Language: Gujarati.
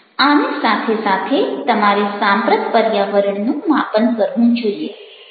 આની સાથે સાથે તમારે સાંપ્રત પર્યાવરણનું માપન કરવું જોઈએ